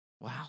Wow